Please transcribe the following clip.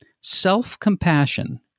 self-compassion